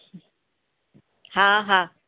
हा हा